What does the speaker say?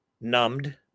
numbed